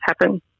happen